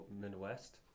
Midwest